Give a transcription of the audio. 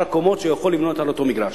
הקומות שהוא יכול לבנות על אותו מגרש,